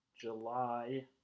July